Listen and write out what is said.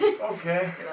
Okay